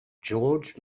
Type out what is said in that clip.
george